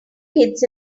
kids